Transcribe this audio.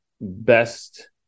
best